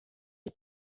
die